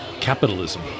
capitalism